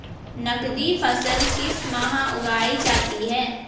नकदी फसल किस माह उगाई जाती है?